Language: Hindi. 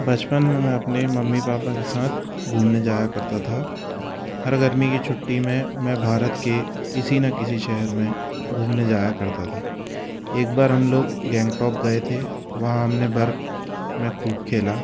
बचपन में मैं अपने मम्मी पापा के साथ घूमने जाया करता था हर गर्मी की छुट्टी में मैं भारत के किसी ना किसी शहर में घूमने जाया करता था एक बार हम लोग गेंगटॉक गए थे वहाँ हमने बर्फ़ में खूब खेला